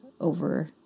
over